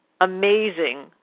amazing